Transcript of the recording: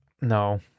No